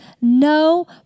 no